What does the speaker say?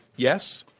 yes?